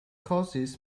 causes